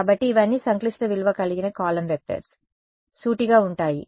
కాబట్టి ఇవన్నీ సంక్లిష్ట విలువ కలిగిన కాలమ్ వెక్టర్స్ సూటిగా ఉంటాయి